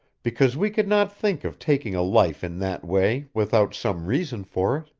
because we could not think of taking a life in that way, without some reason for